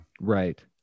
Right